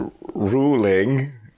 ruling